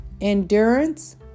Endurance